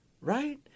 right